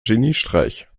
geniestreich